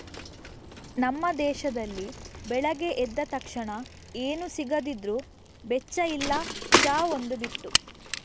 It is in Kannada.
ನಮ್ಮ ದೇಶದಲ್ಲಿ ಬೆಳಿಗ್ಗೆ ಎದ್ದ ತಕ್ಷಣ ಏನು ಸಿಗದಿದ್ರೂ ಬೆಚ್ಚ ಇಲ್ಲ ಚಾ ಒಂದು ಬಿಟ್ಟು